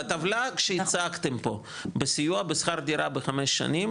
בטבלה שהצגתם פה בסיוע בשכר דירה ב-5 שנים,